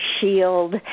Shield